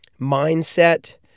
mindset